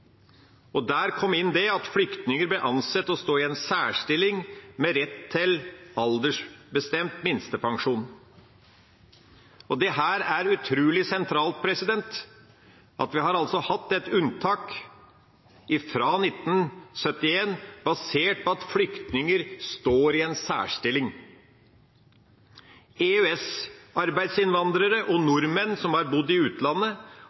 kom det inn i loven at flyktninger ble ansett å stå i en særstilling med rett til aldersbestemt minstepensjon. Dette er utrolig sentralt – at vi har hatt et unntak fra 1971 basert på at flyktninger står i en særstilling. EØS-arbeidsinnvandrere og nordmenn som har bodd i utlandet,